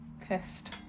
pissed